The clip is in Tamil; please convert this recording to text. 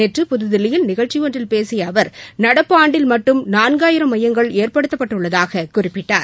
நேற்று புதுதில்லியில் நிகழ்ச்சி ஒன்றில் பேசிய அவர் நடப்பு ஆண்டில் மட்டும் நான்காயிரம் மையங்கள் ஏற்படுத்தப்படவுள்ளதாகக் குறிப்பிட்டார்